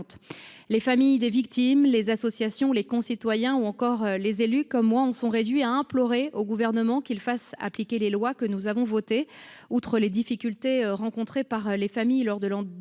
Les familles des victimes, les associations, nos concitoyens ou encore les élus, comme moi, en sont réduits à implorer le Gouvernement de faire appliquer les lois que nous avons votées. Outre les difficultés rencontrées par les familles lors de leur